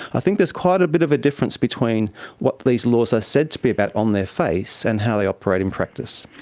i think there's quite a bit of a difference between what these laws are said to be about on their face and how they operate in practice.